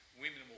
women